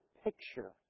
picture